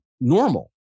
normal